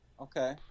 Okay